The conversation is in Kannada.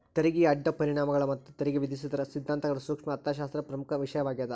ತೆರಿಗೆಯ ಅಡ್ಡ ಪರಿಣಾಮಗಳ ಮತ್ತ ತೆರಿಗೆ ವಿಧಿಸೋದರ ಸಿದ್ಧಾಂತಗಳ ಸೂಕ್ಷ್ಮ ಅರ್ಥಶಾಸ್ತ್ರದಾಗ ಪ್ರಮುಖ ವಿಷಯವಾಗ್ಯಾದ